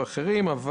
משהו,